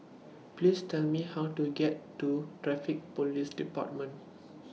Please Tell Me How to get to Traffic Police department